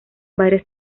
varias